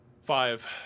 Five